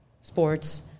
sports